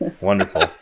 Wonderful